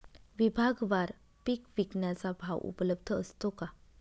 विभागवार पीक विकण्याचा भाव उपलब्ध असतो का?